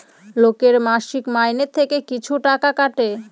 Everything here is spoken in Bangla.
লোকের মাসিক মাইনে থেকে কিছু টাকা কাটে